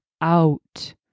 out